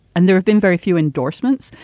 and there have been very few endorsements.